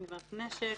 (גניבת נשק),